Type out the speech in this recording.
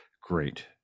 great